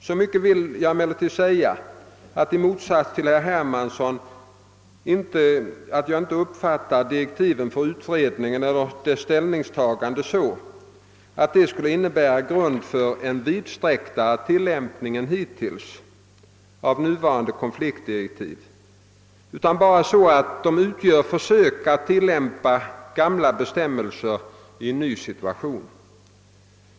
Så mycket vill jag emellertid säga, att jag i motsats till herr Hermansson inte uppfattar direktiven för utredningen eller dess ställningstagande så, att de skulle innebära grund för en vidsträcktare tillämpning än hittills av nuvarande konfliktdirektiv, utan bara så, att de utgör försök att tillämpa gamla bestämmelser i en ny situation.